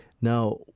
Now